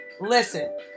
Listen